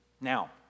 Now